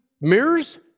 mirrors